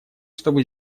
чтобы